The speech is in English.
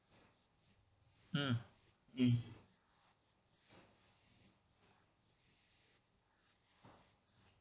mm mm